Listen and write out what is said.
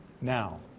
now